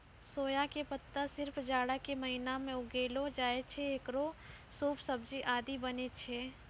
सोया के पत्ता सिर्फ जाड़ा के महीना मॅ उगैलो जाय छै, हेकरो सूप, सब्जी आदि बनै छै